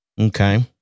Okay